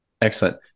Excellent